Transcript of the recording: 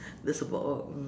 that's about all mm